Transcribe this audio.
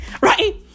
right